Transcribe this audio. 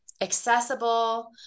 accessible